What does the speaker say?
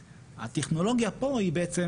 וגם נמצאים בכלים להערכת מסוכנות,